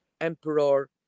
Emperor